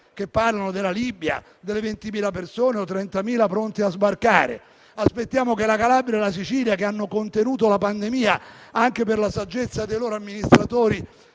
che parlano della Libia, delle 20.000 o 30.000 persone pronte a sbarcare. Aspettiamo che la Calabria e la Sicilia, che hanno contenuto la pandemia, anche per la saggezza dei loro amministratori